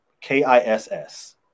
k-i-s-s